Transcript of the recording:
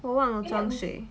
我忘了装水